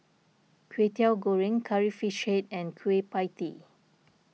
Kwetiau Goreng Curry Fish Head and Kueh Pie Tee